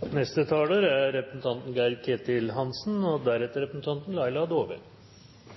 Jeg viser til det som ligger i saken, og